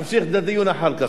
תמשיך את הדיון אחר כך.